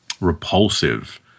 repulsive